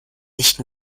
nicht